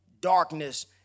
darkness